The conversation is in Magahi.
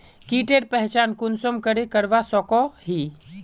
कीटेर पहचान कुंसम करे करवा सको ही?